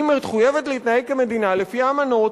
היא מחויבת להתנהג כמדינה לפי האמנות,